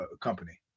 company